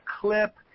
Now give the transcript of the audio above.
clip